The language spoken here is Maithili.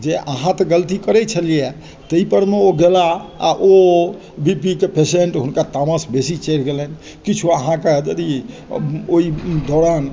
जे अहाँ तऽ गलती करै छलिए ताहिपरमे ओ गेला ओ बीपीके पेशेन्ट हुनका तामस बेसी चढ़ि गेलनि किछु अहाँके यदि ओहि दौरान